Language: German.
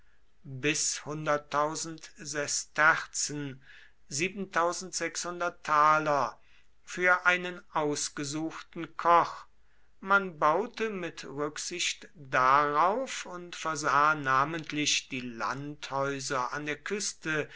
bis sesterzen für einen ausgesuchten koch man baute mit rücksicht darauf und versah namentlich die landhäuser an der küste